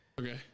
Okay